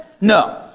No